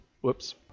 whoops